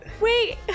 Wait